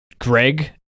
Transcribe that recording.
Greg